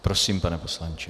Prosím, pane poslanče.